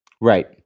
right